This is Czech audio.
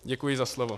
Děkuji za slovo.